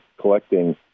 collecting